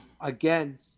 again